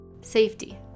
Safety